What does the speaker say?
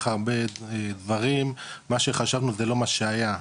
הרבה דברים מה שחשבנו זה לא מה שהיה,